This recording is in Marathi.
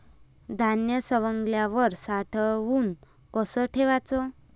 धान्य सवंगल्यावर साठवून कस ठेवाच?